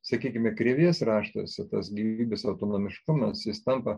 sakykime krėvės raštuose tas gyvybės autonomiškumas jis tampa